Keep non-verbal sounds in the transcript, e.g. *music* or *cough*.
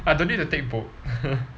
I don't need to take boat *laughs*